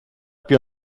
più